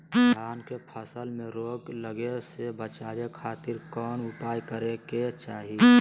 धान के फसल में रोग लगे से बचावे खातिर कौन उपाय करे के चाही?